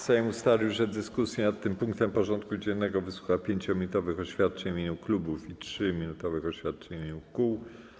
Sejm ustalił, że w dyskusji nad tym punktem porządku dziennego wysłucha 5-minutowych oświadczeń w imieniu klubów i 3-minutowych oświadczeń w imieniu kół.